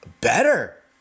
better